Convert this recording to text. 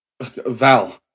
Val